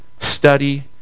study